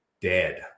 dead